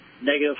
negative